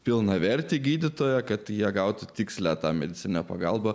pilnavertį gydytoją kad jie gautų tikslią tą medicininę pagalbą